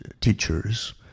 teachers